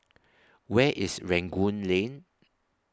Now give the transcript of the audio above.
Where IS Rangoon Lane